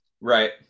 Right